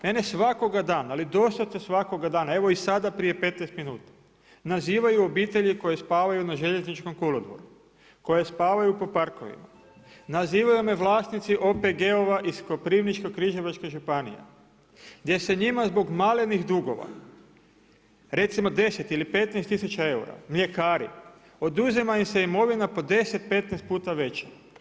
Mene svakoga dana, ali doslovce svakoga dana, evo i sada prije 15 minuta nazivaju obitelji koje spavaju na željezničkom kolodvoru, koje spavaju po parkovima, nazivaju me vlasnici OPG-ova iz Koprivničko-križevačke županije gdje se njima zbog malenih dugova, recimo 10 ili 15 tisuća eura, mljekari oduzima im se imovina po 10, 15 puta veća.